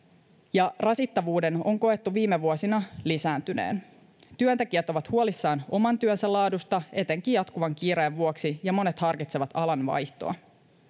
ja rasittavuuden on koettu viime vuosina lisääntyneen työntekijät ovat huolissaan oman työnsä laadusta etenkin jatkuvan kiireen vuoksi ja monet harkitsevat alan vaihtoa